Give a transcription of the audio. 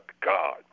God